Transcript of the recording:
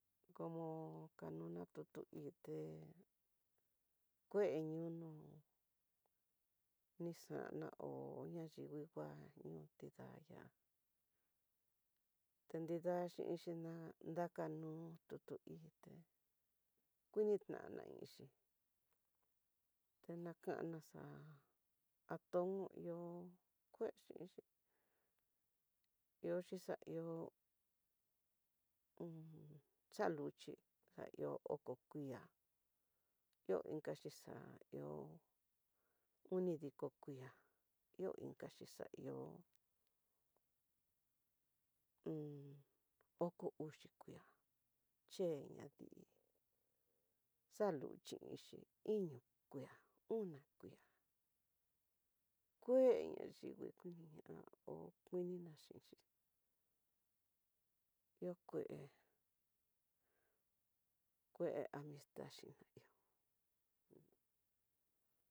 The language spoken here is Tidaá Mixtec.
Como kanuna tutu ité kue ñono, nixana hó ñarivii ngua ñoo, nrida ta nida xhinxi na nakanu tutu ité, kunitana inixhi tenakana xa'a atonio ihó kué xhinxi ihó xhin xa ihó xaluxhi xa ihó oko kuiá ihó inka xixá haihó oni diko kué, ihó inka xhixa ihó oko uxi kué ché ñadii xaluchi ni xhii, iño kué ona kué kue nayivii koniña hó kuina xhinxi ihó kué, kué amista xhina ihó un.